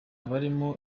barimo